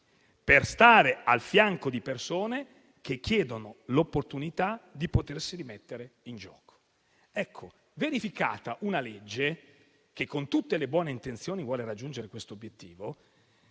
per stare al fianco di persone che chiedono l'opportunità di potersi rimettere in gioco. Ebbene, verificata una legge che con tutte le buone intenzioni vuole raggiungere questo obiettivo,